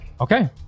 Okay